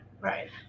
Right